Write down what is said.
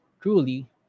truly